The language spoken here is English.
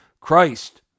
Christ